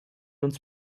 uns